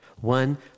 one